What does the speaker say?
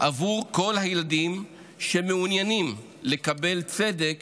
עבור כל הילדים שמעוניינים לקבל צדק